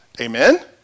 Amen